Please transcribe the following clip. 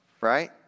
Right